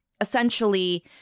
essentially